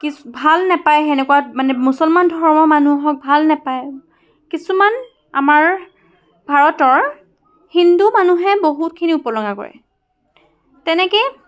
কিছ ভাল নাপায় সেনেকুৱাত মানে মুছলমান ধৰ্মৰ মানুহক ভাল নেপায় কিছুমান আমাৰ ভাৰতৰ হিন্দু মানুহে বহুখিনি উপলুঙা কৰে তেনেকৈ